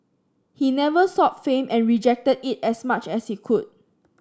he never sought fame and rejected it as much as he could